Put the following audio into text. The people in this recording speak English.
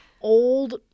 old